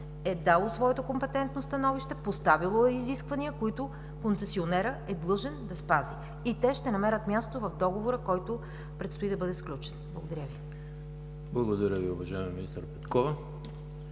е дало своето компетентно становище, поставило е изисквания, които концесионерът е длъжен да спази, и те ще намерят място в договора, който предстои да бъде сключен. Благодаря Ви. ПРЕДСЕДАТЕЛ ЕМИЛ ХРИСТОВ: Благодаря Ви, уважаема министър Петкова.